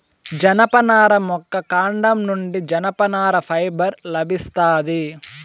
జనపనార మొక్క కాండం నుండి జనపనార ఫైబర్ లభిస్తాది